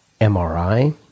mri